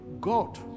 God